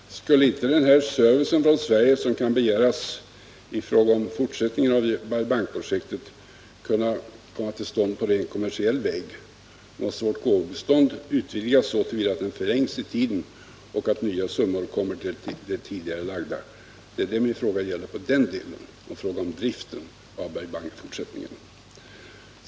Herr talman! Skulle inte den service som kan begäras från Sverige i fråga om fortsättningen av Bai Bang-projektet kunna komma till stånd på rent kommersiell väg? Vårt gåvotillstånd bör inte utvidgas så att det förlängs i tiden och så att nya summor kommer till de tidigare lagda. Det är detta min fråga gäller rörande driften av Bai Bang i fortsättningen.